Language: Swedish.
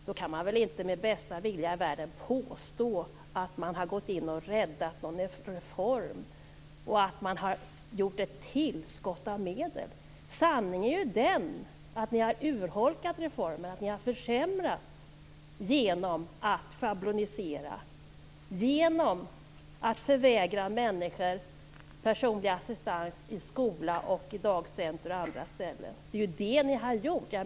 Då kan man väl inte med bästa vilja i världen påstå att man har gått in och räddat någon reform och att man gjort ett tillskott av medel? Sanningen är ju att ni har urholkat reformen. Ni har försämrat genom att schablonisera, genom att förvägra människor personlig assistans i skolor, på dagcentrum och på andra ställen. Det är ju det ni har gjort.